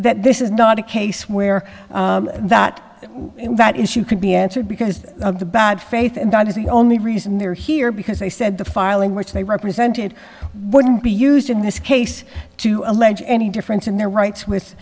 that this is not a case where that that issue could be answered because of the bad faith and that is the only reason they're here because they said the filing which they represented wouldn't be used in this case to allege any difference in their rights with